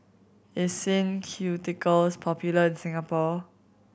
is Sin Ceuticals popular in Singapore